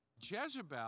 Jezebel